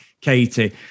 Katie